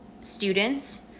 students